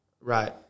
Right